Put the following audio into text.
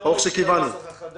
לא ראיתי את הנוסח החדש,